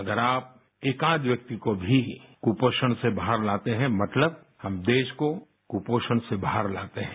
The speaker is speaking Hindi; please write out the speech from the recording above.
अगर आप एकाध व्यक्ति को भी कुपोषण से बाहर लाते हैं मतलब हम देश को कुपोषण से बाहर लाते हैं